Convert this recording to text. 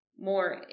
More